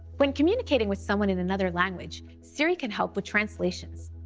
when communicating with someone in another language, siri can help with translations.